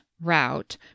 route